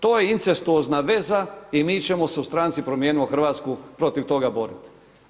To je incestuozna veza i mi ćemo se u stranci Promijenimo Hrvatsku protiv toga boriti.